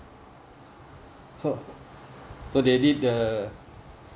uh so they did the